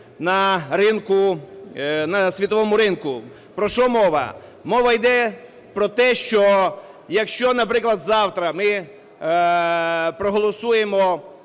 на світовому ринку. Про що мова? Мова йде про те, що, якщо, наприклад, завтра ми проголосуємо